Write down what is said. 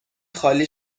خالی